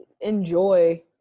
enjoy